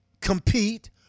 compete